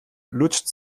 lutscht